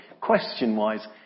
question-wise